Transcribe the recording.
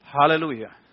Hallelujah